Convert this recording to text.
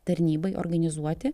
tarnybai organizuoti